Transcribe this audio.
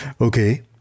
okay